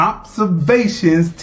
Observations